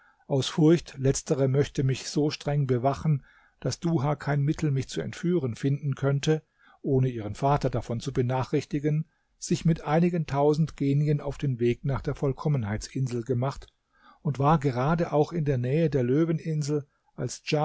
aus furcht letztere möchte mich so streng bewachen daß duha kein mittel mich zu entführen finden könnte ohne ihren vater davon zu benachrichtigen sich mit einigen tausend genien auf den weg nach der vollkommenheitsinsel gemacht und war gerade auch in der nähe der löweninsel als